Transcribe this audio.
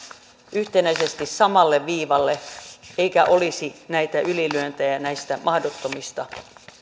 yhtenäisesti samalle viivalle eikä olisi näitä ylilyöntejä näistä mahdottomista